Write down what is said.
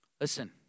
Listen